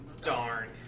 Darn